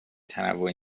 تنوع